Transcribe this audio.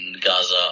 Gaza